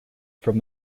from